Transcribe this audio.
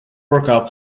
workout